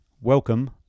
welcome